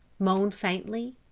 moaned faintly,